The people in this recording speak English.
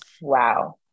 Wow